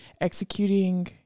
executing